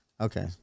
Okay